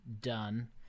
done